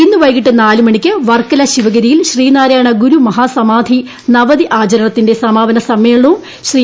ഇന്ന് വൈകിട്ട് നാലുമണിക്ക് വർക്കല ശിവഗിരിയിൽ ശ്രീനാരായണ ഗുരു മഹാ സമാധി നവതി ആചരണത്തിന്റെ സമാപന സമ്മേളനവും ശ്രീ